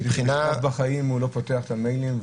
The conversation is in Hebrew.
הוא כמעט לא פותח את המיילים,